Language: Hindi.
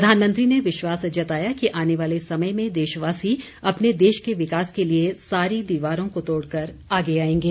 प्रधानमंत्री ने विश्वास जताया कि आने वाले समय में देशवासी अपने देश के विकास के लिए सारी दीवारों को तोड़कर आगे आएंगे